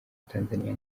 tanzania